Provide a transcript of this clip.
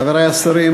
חברי השרים,